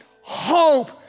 hope